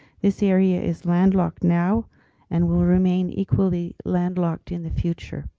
this area is landlocked now and will remain equally landlocked in the future.